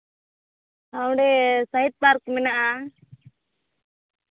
ᱟᱨ ᱚᱸᱰᱮ site park ᱢᱮᱱᱟᱜᱼᱟ